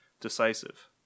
decisive